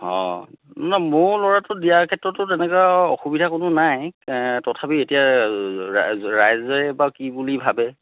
অঁ নহয় মোৰ ল'ৰাটো দিয়াৰ ক্ষেত্ৰতো তেনেকুৱা আৰু অসুবিধা কোনো নাই তথাপি এতিয়া ৰাইজে বা কি বুলি ভাবে